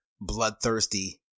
bloodthirsty